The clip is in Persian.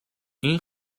این